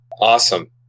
Awesome